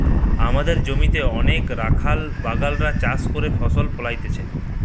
আমদের জমিতে অনেক রাখাল বাগাল রা চাষ করে ফসল ফোলাইতেছে